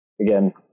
Again